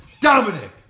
Dominic